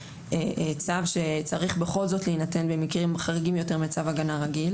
צו שצריך בכל זאת להינתן במקרים חריגים יותר מצו הגנה רגיל.